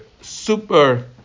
super